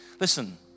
Listen